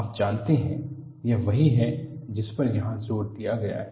आप जानते हैंयह वही है जिसपर यहां जोर दिया गया है